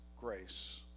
grace